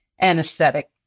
anesthetic